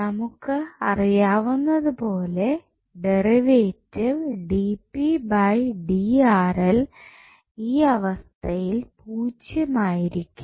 നമുക്ക് അറിയാവുന്നതുപോലെ ഡെറിവേറ്റീവ് ഈ അവസ്ഥയിൽ പൂജ്യമായിരിക്കും